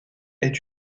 est